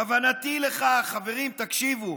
"כוונתי לכך" חברים תקשיבו,